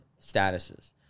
statuses